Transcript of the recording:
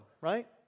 right